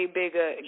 bigger